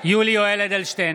יולי יואל אדלשטיין,